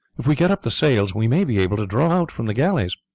if we get up the sails we may be able to draw out from the galleys.